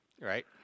Right